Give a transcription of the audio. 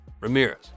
Ramirez